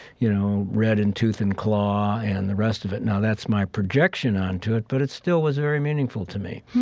you know, red and tooth and claw and the rest of it. now that's my projection onto it, but it still was very meaningful to me.